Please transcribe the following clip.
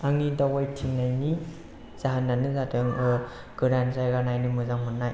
आंनि दावबायथिंनायनि जाहोनानो जादों गोदान जायगा नायनो मोजां मोन्नाय